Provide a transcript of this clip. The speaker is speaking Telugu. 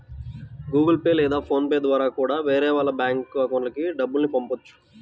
గుగుల్ పే లేదా ఫోన్ పే ద్వారా కూడా వేరే వాళ్ళ బ్యేంకు అకౌంట్లకి డబ్బుల్ని పంపొచ్చు